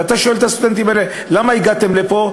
ואתה שואל את הסטודנטים האלה, למה הגעתם לפה?